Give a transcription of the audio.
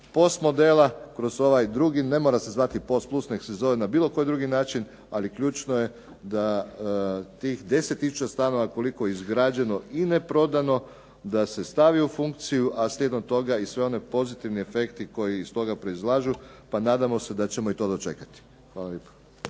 POS modela kroz ovaj drugi, ne mora se zvati POS plus, neka se zove na bilo koji drugi način ali ključno je da tih 10 tisuća stanova koliko je izgrađeno i neprodano da se stavi u funkciju a slijedom toga i svi oni pozitivni efekti koji iz toga proizlaze pa nadamo se da ćemo i to dočekati. Hvala lijepo.